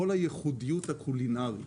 כל הייחודיות הקולינרית,